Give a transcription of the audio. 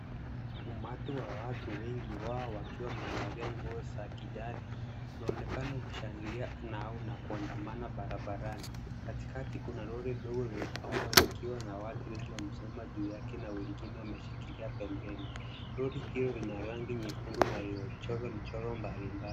Umati wa watu wengi wao wakiwa wamevalia nguo za kijani unaonekana ukishangilia nao na kuandamana barabarani. Katikati kuna lori dogo lililopambwa na likiwa na watu wengi wamesimama juu yake na wengine wameshikilia pembeni. Lori hilo lina rangi nyekundu na iliyochorwa michoro mbalimbali.